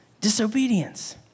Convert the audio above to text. disobedience